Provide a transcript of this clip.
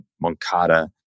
Moncada